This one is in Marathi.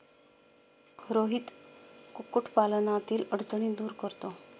रोहित कुक्कुटपालनातील अडचणी दूर करतो